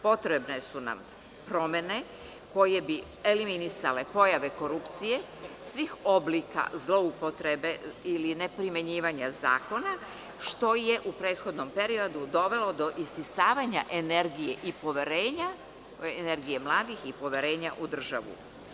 Potrebne su nam promene koje bi eliminisale pojave korupcije, svih oblika zloupotrebe ili neprimenjivanja zakona, što je u prethodnom periodu dovelo do isisavanja energije mladih i poverenja u državu.